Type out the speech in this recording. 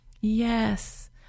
Yes